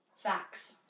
Facts